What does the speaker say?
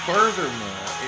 Furthermore